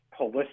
holistic